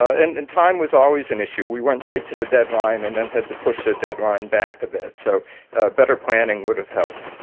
and and time was always an issue. we went right to the deadline and then had to push the deadline back a bit. so better planning would have helped.